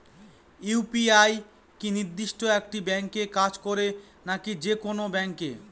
UPI কি নির্দিষ্ট একটি ব্যাংকে কাজ করে নাকি যে কোনো ব্যাংকে?